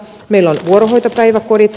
meillä on vuorohoitopäiväkodit